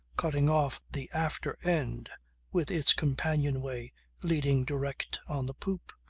cutting off the after end with its companion-way leading direct on the poop,